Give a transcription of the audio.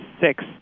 six